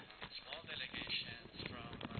but small delegations from,